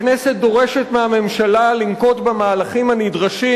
הכנסת דורשת מהממשלה לנקוט מהלכים הנדרשים